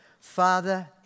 Father